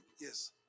yes